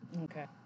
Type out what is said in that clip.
okay